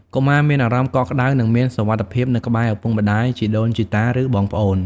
កុមារមានអារម្មណ៍កក់ក្តៅ និងមានសុវត្ថិភាពនៅក្បែរឪពុកម្តាយ ជីដូនជីតា ឬបងប្អូន។